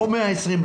לא 120,